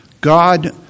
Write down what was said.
God